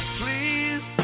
please